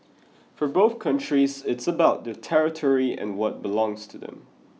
for both countries it's about their territory and what belongs to them